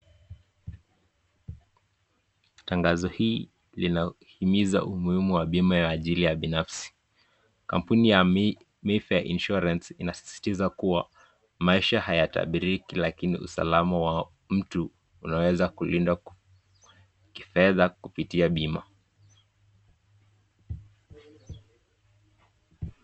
Tangazo hii linahimiza umuhimu wa bima ya ajali ya binafsi, kampuni ya Mayfair Insurance inasisitiza kuwa maisha hayatabiriki lakini usalama wa mtu unaweza kulindwa kifedha kupitia bima.